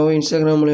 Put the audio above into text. Instagram